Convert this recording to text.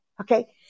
Okay